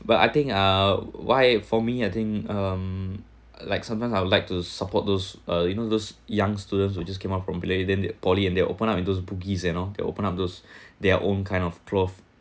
but I think uh why for me I think um like sometimes I would like to support those uh you know those young students who just came out from blade then they poly and they open up in those bugis and all they open up those their own kind of cloth